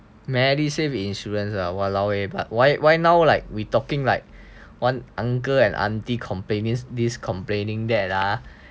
medisave insurance lah !walao! eh but why why now like we talking like one uncle and auntie complaining this complaining that ah